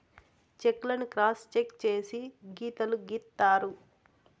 check లను cross check చేసి గీతలు గీత్తారు